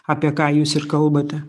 apie ką jūs ir kalbate